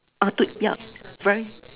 uh two yeah very